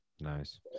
nice